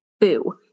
Boo